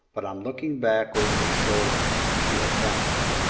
but on looking back over his shoulder she had vanished,